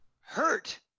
hurt